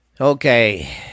Okay